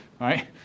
right